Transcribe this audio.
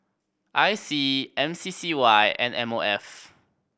I C M C C Y and M O F